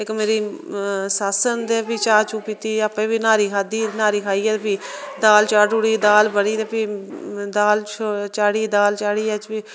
इक मेरी सस्स न ते फ्ही चाह् पीती आपें बी न्हारी खाद्धी न्हारी खाइयै फ्ही दाल चाढ़ी ओड़ी ते दाल बनी ते फ्ही दाल चाढ़ी ते फ्ही बाद च